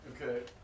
Okay